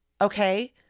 okay